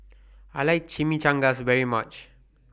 I like Chimichangas very much